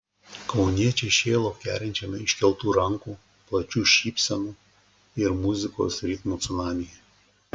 kauniečiai šėlo kerinčiame iškeltų rankų plačių šypsenų ir muzikos ritmų cunamyje